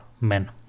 men